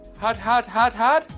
had had. had had?